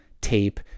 tape